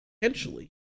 potentially